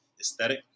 aesthetic